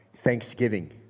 thanksgiving